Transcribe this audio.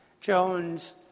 Jones